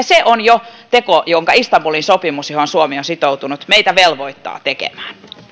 se on jo teko jonka istanbulin sopimus johon suomi on sitoutunut meitä velvoittaa tekemään